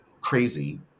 crazy